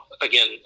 again